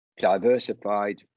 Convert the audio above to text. diversified